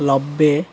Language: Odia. ନବେ